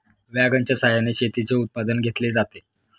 वॅगनच्या सहाय्याने शेतीचे उत्पादन घेतले जाते